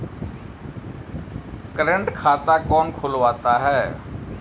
Current खाता कौन खुलवाता है?